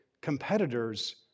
Competitors